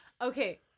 okay